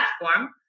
platform